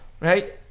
right